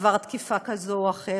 עבר תקיפה כזאת או אחרת.